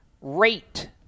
rate